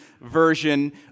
version